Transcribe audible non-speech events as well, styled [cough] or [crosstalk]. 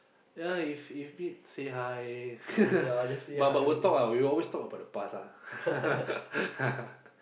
ya if if meet say hi [laughs] but but will talk ah we always talk about the past ah [laughs]